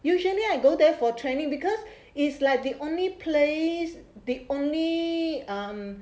usually I go there for training because is like the only place the only um